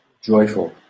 joyful